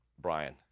Brian